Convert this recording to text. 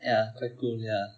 ya quite cool ya